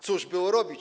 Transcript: Cóż było robić?